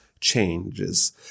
changes